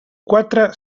quatre